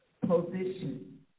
position